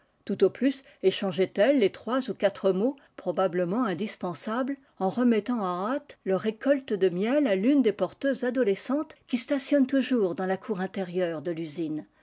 tout au plus échangeaientelles les trois ou quatre mots probablement indispensables en remettant en hâte leur récolte de miel à tune des porteuses adolescentes qui stationnent toujours dans la cour intérieure de tusine